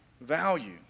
value